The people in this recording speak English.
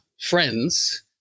friends